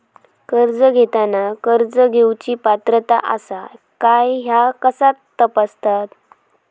कर्ज घेताना कर्ज घेवची पात्रता आसा काय ह्या कसा तपासतात?